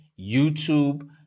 YouTube